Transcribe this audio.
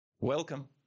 Welcome